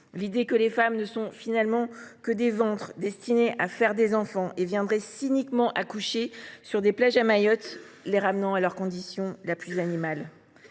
l’idée que les femmes ne sont finalement que des « ventres » destinés à faire des enfants et qu’elles viendraient cyniquement accoucher sur des plages à Mayotte, les ramenant à leur condition la plus animale.